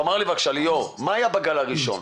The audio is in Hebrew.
תאמר לי בבקשה, ליאור, מה היה בגל הראשון?